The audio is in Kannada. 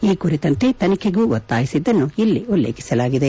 ಈ ಕುರಿತಂತೆ ತನಿಖೆಗೂ ಒತ್ತಾಯಿಸಿದ್ದನ್ನು ಇಲ್ಲಿ ಉಲ್ಲೇಖಿಸಲಾಗಿದೆ